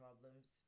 problems